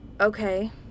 Okay